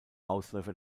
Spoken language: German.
ausläufer